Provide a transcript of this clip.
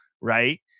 right